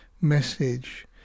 message